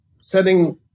setting